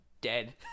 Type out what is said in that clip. dead